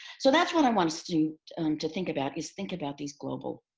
so that's what i want us to to think about is think about these global